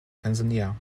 tanzania